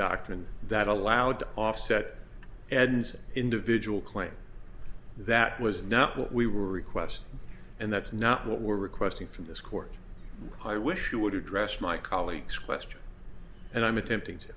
doctrine that allowed offset and individual claims that was not what we were requests and that's not what we're requesting from this court i wish you would address my colleagues question and i'm attempting to